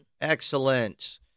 Excellent